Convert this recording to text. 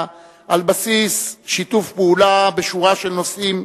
על בסיס שיתוף פעולה בשורה של נושאים,